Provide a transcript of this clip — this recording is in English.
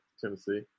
Tennessee